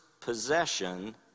possession